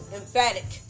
emphatic